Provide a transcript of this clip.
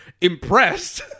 impressed